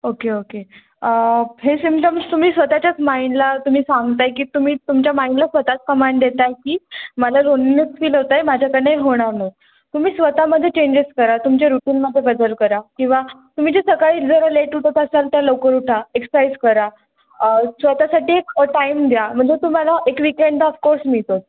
okay okay हे symptoms तुम्ही स्वतःच्याच माइंडला तुम्ही सांगताय की तुम्ही तुमच्या माइंडला स्वतःच कमांड देताय की मला लोननस फील होत आहे माझ्याकडे होणार नाही तुम्ही स्वतःमध्ये चेंजेस करा तुमच्या रुटीनमध्ये बदल करा किंवा तुम्ही जे सकाळी जरा लेट उठत असाल तर लवकर उठा एक्ससाईज करा स्वतःसाठी एक टाईम द्या म्हणजे तुम्हाला एक वीकेंड ऑफ कोर्स मिळतो